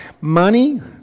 Money